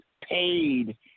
paid